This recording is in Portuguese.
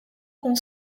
com